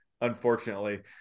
unfortunately